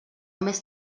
més